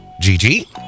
Gigi